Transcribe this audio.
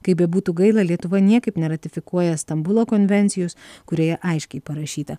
kaip bebūtų gaila lietuva niekaip neratifikuoja stambulo konvencijos kurioje aiškiai parašyta